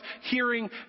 hearing